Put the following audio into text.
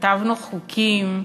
כתבנו חוקים,